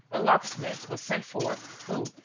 a locksmith was sent for who,